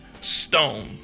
stone